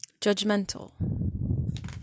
Judgmental